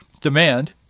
demand